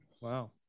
Wow